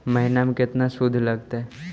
महिना में केतना शुद्ध लगतै?